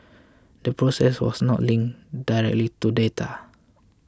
the process was not linked directly to data